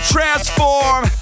Transform